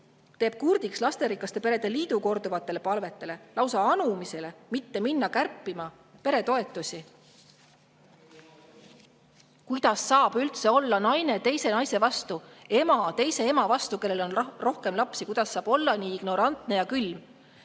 teeb kurdiks lasterikaste perede liidu korduvatele palvetele, lausa anumisele, mitte minna kärpima peretoetusi? Kuidas saab üldse olla naine teise naise vastu, ema teise ema vastu, kellel on rohkem lapsi, nii ignorantne ja külm?